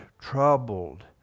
troubled